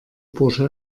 bursche